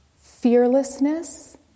fearlessness